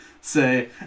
say